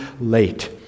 late